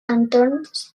entorns